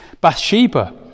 Bathsheba